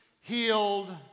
healed